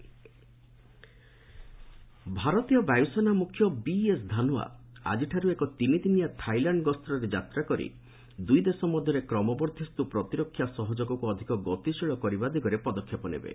IAF chief ଭାରତୀୟ ବାୟୁସେନା ମୁଖ୍ୟ ବିଏସ୍ ଧାନୱା ଆଜିଠାରୁ ଏକ ତିନିଦିନିଆ ଥାଇଲାଣ୍ଡ ଗସ୍ତରେ ଯାତ୍ରା କରି ଦୁଇ ଦେଶ ମଧ୍ୟରେ କ୍ରମବର୍ଦ୍ଧିଷ୍ଟୁ ପ୍ରତିରକ୍ଷା ସହଯୋଗକୁ ଅଧିକ ଗତିଶୀଳ କରିବା ଦିଗରେ ପଦକ୍ଷେପ ନେବେ